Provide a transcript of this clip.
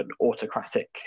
autocratic